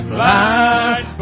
life